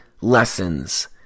lessons